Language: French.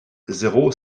zéro